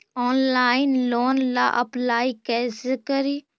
Online loan ला apply कैसे करी?